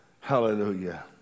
Hallelujah